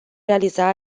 realiza